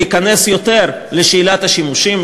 להיכנס יותר לשאלת השימושים.